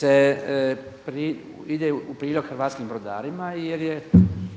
da ide u prilog hrvatskim brodarima jer je